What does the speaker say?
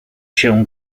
się